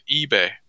eBay